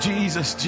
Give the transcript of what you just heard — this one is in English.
Jesus